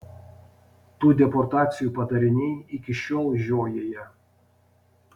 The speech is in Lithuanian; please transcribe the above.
tų deportacijų padariniai iki šiol žiojėja